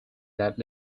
that